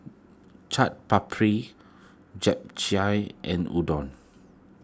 Chaat Papri Japchae and Udon